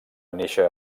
néixer